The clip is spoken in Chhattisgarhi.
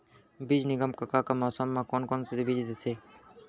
बीज निगम का का मौसम मा, कौन कौन से बीज देथे?